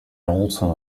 also